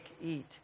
eat